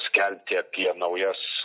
skelbti apie naujas